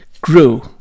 grew